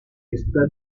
esta